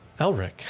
Elric